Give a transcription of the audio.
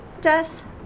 death